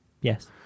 Yes